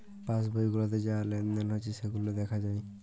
pass বই গুলাতে যা লেলদেল হচ্যে সেগুলা দ্যাখা যায়